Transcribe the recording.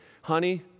honey